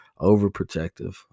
overprotective